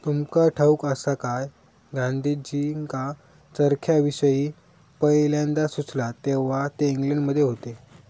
तुमका ठाऊक आसा काय, गांधीजींका चरख्याविषयी पयल्यांदा सुचला तेव्हा ते इंग्लंडमध्ये होते